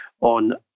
on